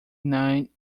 nine